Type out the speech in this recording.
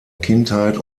kindheit